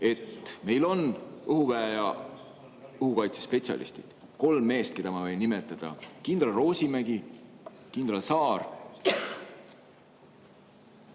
Meil on õhuväe ja õhukaitse spetsialistid. Kolm meest, keda ma võin nimetada: kindral Roosimägi, kindral Saar